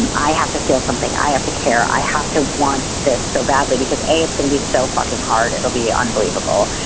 and i have to feel something i have to care. i have to want this so badly because it's going to be so fucking hard it'll be unbelievable.